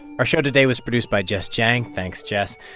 our show today was produced by jess jiang. thanks, jess.